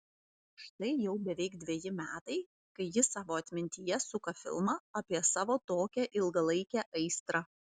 štai jau beveik dveji metai kai ji savo atmintyje suka filmą apie savo tokią ilgalaikę aistrą